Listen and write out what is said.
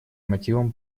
мотивам